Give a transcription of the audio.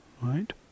right